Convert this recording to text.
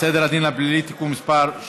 סדר הדין הפלילי (תיקון מס' 83)